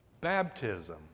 baptism